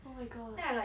oh my god